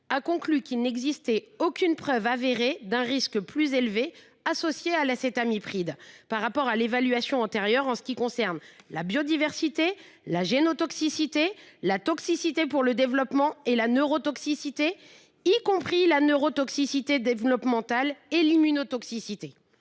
a conclu qu’il n’existait aucune preuve d’un risque plus élevé associé à l’acétamipride par rapport à l’évaluation antérieure en ce qui concerne la biodiversité, la génotoxicité, la toxicité pour le développement et la neurotoxicité, y compris la neurotoxicité développementale et l’immunotoxicité.